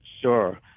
Sure